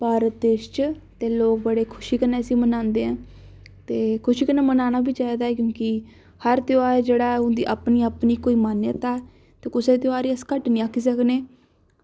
भारत देश च ते सारे लोग इसगी खुशी कन्नै मनांदे कुछ मनाना बी चाहिदा क्युंकि हर ध्यार जेह्ड़ा ऐ उंदी अपनी अपनी कोई मान्यता ऐ ते कुसै दे बी ध्यार गी अस घट्ट निं आक्खी सकने